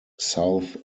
south